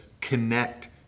connect